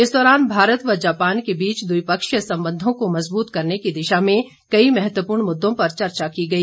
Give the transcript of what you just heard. इस दौरान भारत व जापान के बीच द्विपक्षीय संबंधों को मजबूत करने की दिशा में कई महत्वपूर्ण मुद्दों पर चर्चा की गई